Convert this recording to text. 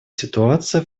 ситуация